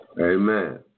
Amen